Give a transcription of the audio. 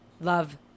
love